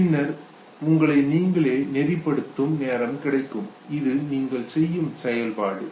பின்னர் உங்களை நீங்களே நெறிப்படுத்த நேரம் கிடைக்கும் இது நீங்கள் செய்யும் செயல்பாடு